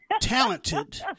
talented